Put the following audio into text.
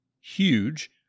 Huge